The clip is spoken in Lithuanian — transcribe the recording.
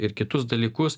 ir kitus dalykus